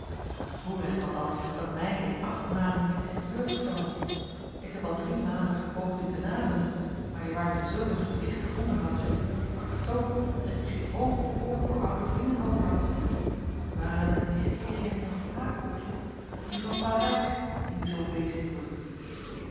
een voorrecht althans dat mij in acht maanden niet is te beurt gevallen ik heb al drie malen gepoogd u te naderen maar je waart in zulk een gewichtig onderhoud verdiept met juffrouw katoo dat je geen oog of oor voor oude vrienden overhadt waren het de mysteriën van t haakboekje of die van parijs die u zoo bezig hielden